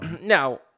Now